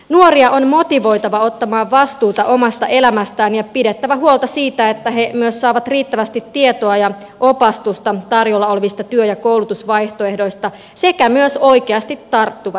nuoria on motivoitava ottamaan vastuuta omasta elämästään ja on pidettävä huolta siitä että he myös saavat riittävästi tietoa ja opastusta tarjolla olevista työ ja koulutusvaihtoehdoista sekä myös oikeasti tarttuvat niihin